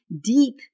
deep